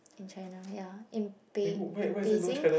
in China ya in Bei~ in Beijing